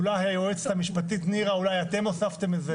אולי היועצת המשפטית נירה, אולי אתם הוספתם את זה.